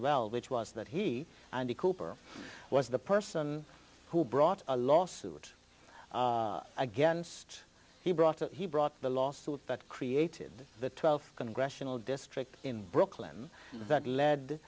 well which was that he and the cooper was the person who brought a lawsuit against he brought up he brought the lawsuit that created the twelfth congressional district in brooklyn that led